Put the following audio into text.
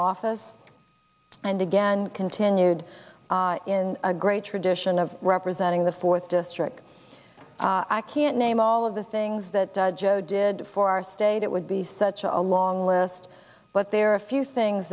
office and again continued in a great tradition of representing the fourth district i can't name all of the things that joe did for our state it would be such a long list but there are a few things